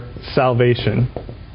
salvation